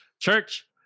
Church